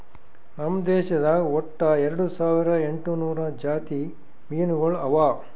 ನಮ್ ದೇಶದಾಗ್ ಒಟ್ಟ ಎರಡು ಸಾವಿರ ಎಂಟು ನೂರು ಜಾತಿ ಮೀನುಗೊಳ್ ಅವಾ